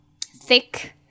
thick